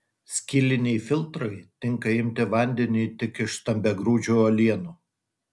skyliniai filtrai tinka imti vandeniui tik iš stambiagrūdžių uolienų